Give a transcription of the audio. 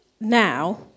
now